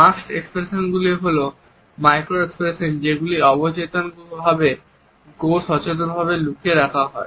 masked এক্সপ্রেশনগুলিও হল micro expression যেগুলি অবচেতনভাবে গো সচেতনভাবে লুকিয়ে রাখা হয়